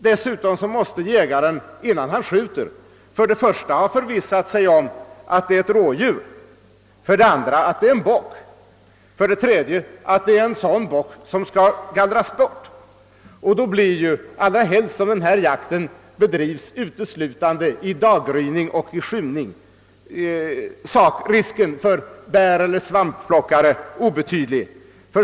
Dessutom måste jägaren innan han skjuter för det första ha förvissat sig om, att det gäller ett rådjur, för det andra om att det är en bock och för det tredje om att. det är en sådan bock som skall gallras bort. Då blir ju — allra helst som denna jakt bedrivs uteslutande i daggryning och i skymning — risken för bäreller svampplockare obetydlig.